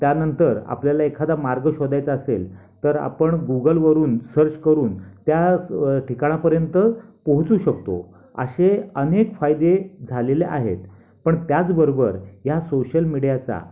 त्यानंतर आपल्याला एखादा मार्ग शोधायचा असेल तर आपण गुगलवरून सर्च करून त्या स ठिकाणापर्यंत पोहचू शकतो असे अनेक फायदे झालेले आहेत पण त्याचबरोबर ह्या सोशल मीडियाचा